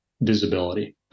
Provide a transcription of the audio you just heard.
visibility